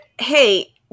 hey